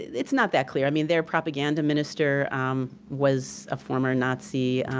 it's not that clear. i mean, their propaganda minister was a former nazi.